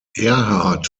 erhard